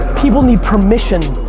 people need permission.